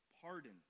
pardon